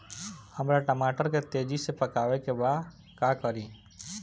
हमरा टमाटर के तेजी से पकावे के बा का करि?